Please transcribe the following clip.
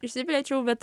išsiplėčiau bet